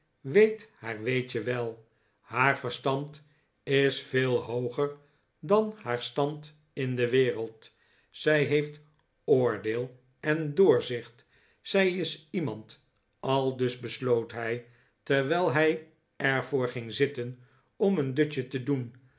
weet haar weetje wel haar verstand is veel hooger dan haar stand in de wereld zij heeft oordeel en doorzicht zij is iemand aldus besloot hij terwijl hij er voor ging zitten om een dutje te doen